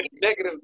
Negative